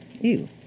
Ew